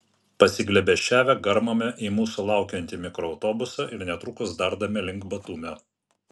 pasiglėbesčiavę garmame į mūsų laukiantį mikroautobusą ir netrukus dardame link batumio